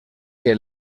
que